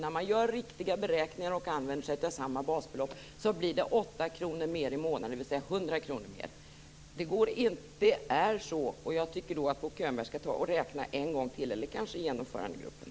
När man gör riktiga beräkningar och använder sig av samma basbelopp, blir det 8 kr mer i månaden, dvs. 100 kr mer. Det är så. Jag tycker att Bo Könberg - eller kanske genomförandegruppen - skall ta och räkna en gång till.